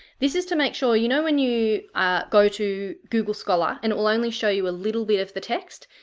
this is to make sure you know when you go to google scholar and it will only show you a little bit of the text,